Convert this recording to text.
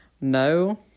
no